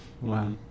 Wow